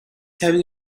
having